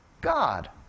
God